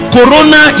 Corona